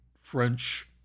French